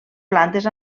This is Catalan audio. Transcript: plantes